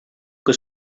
que